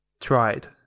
tried